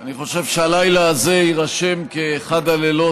אני חושב שהלילה הזה יירשם כאחד הלילות